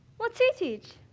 what's he teach?